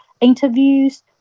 interviews